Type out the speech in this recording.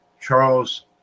Charles